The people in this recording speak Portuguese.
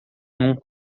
num